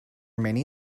many